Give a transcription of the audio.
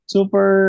Super